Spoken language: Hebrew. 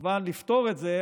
כמובן לפתור את זה,